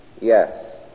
Yes